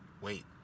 Wait